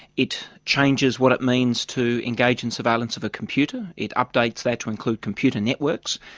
it changes what it means to engage in surveillance of a computer. it updates that to include computer networks,